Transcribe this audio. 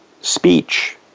speech